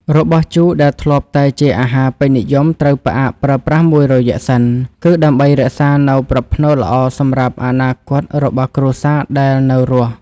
របស់ជូរដែលធ្លាប់តែជាអាហារពេញនិយមត្រូវផ្អាកប្រើប្រាស់មួយរយៈសិន គឺដើម្បីរក្សានូវប្រផ្នូលល្អសម្រាប់អនាគតរបស់គ្រួសារដែលនៅរស់។